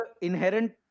inherent